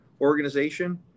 Organization